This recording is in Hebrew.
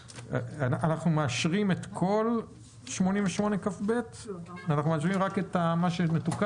אנחנו מאשרים את כל 88כב או אנחנו מאשרים רק את המתוקן?